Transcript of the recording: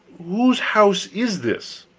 whose house is this?